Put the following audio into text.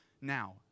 now